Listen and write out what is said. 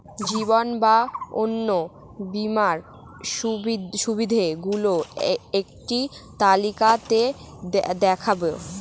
জীবন বা অন্ন বীমার সুবিধে গুলো একটি তালিকা তে দেখাবেন?